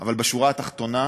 אבל בשורה התחתונה: